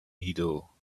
needle